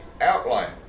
outline